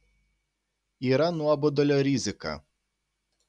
yra nuobodulio rizika